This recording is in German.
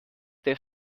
der